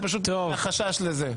אז פשוט החשש לזה.